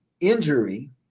injury